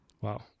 Wow